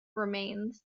remains